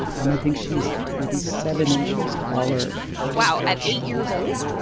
um i think she's, like, maybe seven inches taller wow at eight years old?